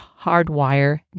hardwire